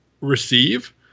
receive